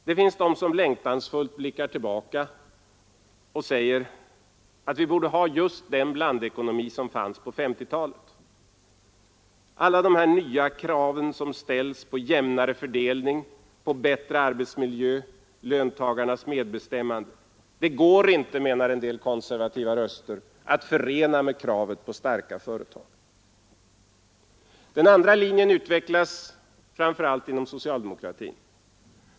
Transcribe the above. Det finns de som längtansfullt blickar tillbaka och säger att vi borde ha just den typ av blandekonomi som fanns på 1950-talet. Alla de nya krav som ställs på jämnare fördelning, på bättre arbetsmiljö, på löntagarnas medbestämmande kan inte, menar en del konservativa röster, förenas med kravet på starka företag. Den andra linjen utvecklas framför allt inom socialdemokratin.